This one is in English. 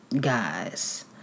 guys